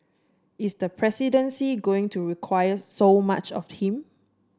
is the presidency going to require so much of him